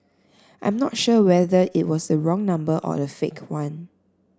I'm not sure whether it was the wrong number or a fake one